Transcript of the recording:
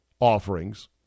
offerings